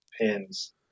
pins